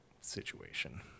situation